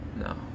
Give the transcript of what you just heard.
No